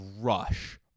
rush